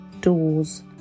doors